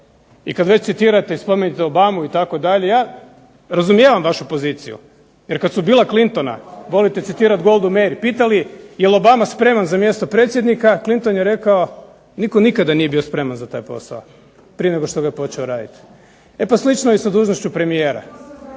I kad već citirate i spominjete Obamu itd., ja razumijevam vašu poziciju jer kad su Billa Clintona, možete citirati Goldu Meir, pitali jel Obama spreman za mjesto predsjednika Clinton je rekao: "Nitko nikada nije bio spreman za taj posao prije nego što ga je počeo raditi." E pa slično je i sa dužnošću premijera.